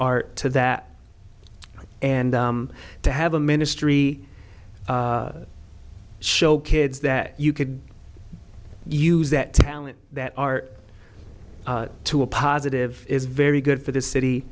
art to that and to have a ministry show kids that you could use that talent that art to a positive is very good for the city